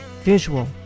visual